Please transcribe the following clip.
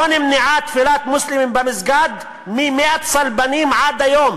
לא נמנעה תפילת מוסלמים במסגד מימי הצלבנים עד היום,